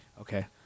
Okay